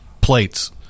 plates